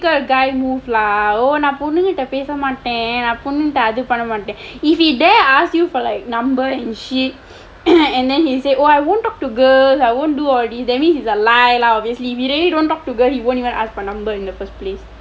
guy move lah oh நான் பொண்ணுங்க கிட்ட பேச மாட்டேன் நான் பொண்ணுகிட்ட அது பண்ண மாட்டேன்:naan ponnungka kitda peesa matdeen naan ponnukitda athu pannaa matdeen if he dare ask you for like number and shit and then he say oh I won't talk to girls I won't do all these that means is a lie lah obviously if he really won't talk to girls he won't even ask for number in the first place